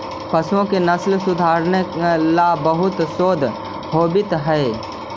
पशुओं की नस्ल सुधारे ला बहुत शोध होवित हाई